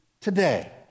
today